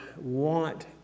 want